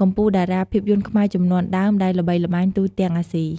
កំពូលតារាភាពយន្តខ្មែរជំនាន់ដើមដែលល្បីល្បាញទូទាំងអាស៊ី។